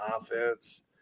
offense